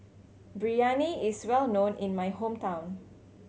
Biryani is well known in my hometown